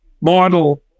model